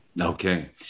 Okay